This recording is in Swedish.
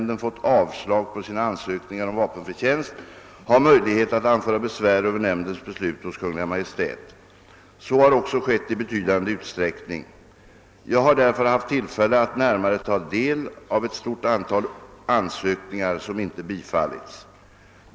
den fått avslag på sina ansökningar om vapenfri tjänst har möjlighet att anföra besvär över nämndens beslut hos Kungl. Maj:t. Så har också skett i betydande utsträckning. Jag har därför haft tillfälle att närmare ta del av ett stort antal ansökningar som inte bifallits.